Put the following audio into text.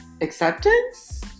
acceptance